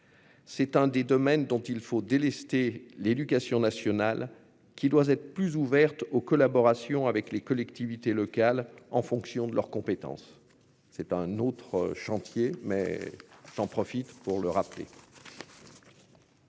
C'est un des domaines dont il faut délester l'éducation nationale qui doit être plus ouverte aux collaborations avec les collectivités locales en fonction de leurs compétences. C'est un autre chantier mais j'en profite pour le rappeler.--